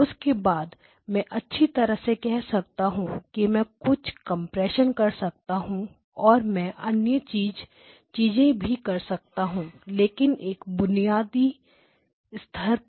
उसके बाद मैं अच्छी तरह से कह सकता हूं कि मैं कुछ कम्प्रेशन कर सकता हूं और मैं अन्य चीजें भी कर सकता हूं लेकिन एक बुनियादी स्तर पर